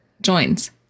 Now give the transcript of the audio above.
joins